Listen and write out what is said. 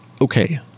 okay